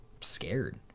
scared